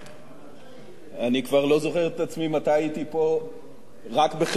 אני כבר לא זוכר את עצמי מתי הייתי פה רק בחברת אנשי האופוזיציה,